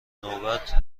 نوبت